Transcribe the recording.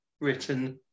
written